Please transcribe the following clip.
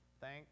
Thank